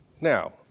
Now